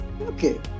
okay